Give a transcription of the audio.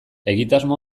egitasmo